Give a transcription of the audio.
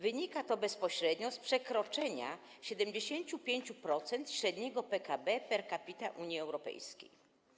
Wynika to bezpośrednio z przekroczenia 75% średniego PKB per capita Unii Europejskiej.